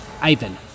Ivan